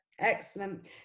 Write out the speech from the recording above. excellent